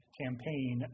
campaign